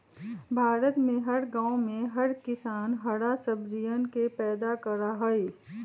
भारत में हर गांव में हर किसान हरा सब्जियन के पैदा करा हई